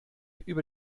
über